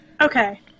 Okay